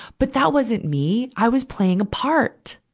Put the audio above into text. but that wasn't me i was playing a part.